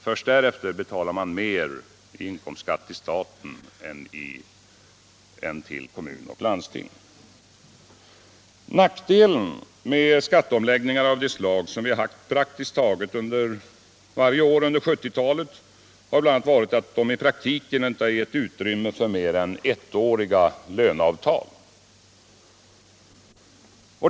Först därefter betalar man mer i inkomstskatt till staten än till kommun och landsting. Nackdelen med skatteomläggningar av det slag som vi har haft praktiskt taget varje år under 1970-talet har bl.a. varit att de i praktiken inte gett utrymme för mer än ettåriga löneavtal.